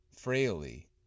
frailly